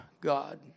God